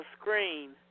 screen